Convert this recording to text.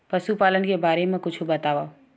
पशुपालन के बारे मा कुछु बतावव?